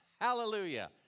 Hallelujah